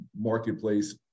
marketplace